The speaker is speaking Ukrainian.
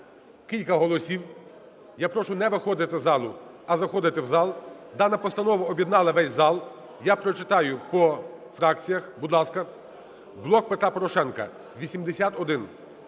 кілька голосів, я прошу не виходити з залу, а заходити в зал. Дана постанова об'єднала весь зал. Я прочитаю по фракціях, будь ласка. "Блок Петра Порошенка" –